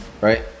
right